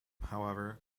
however